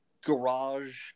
garage